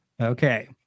okay